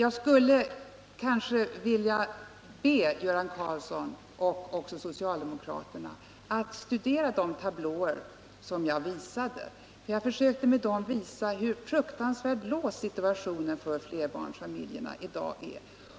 Jag skulle vilja be Göran Karlsson och socialdemokraterna i övrigt att studera de tablåer som jag visade. Jag försökte med dem klargöra hur fruktansvärt låst situationen i dag är för barnfamiljerna